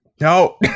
No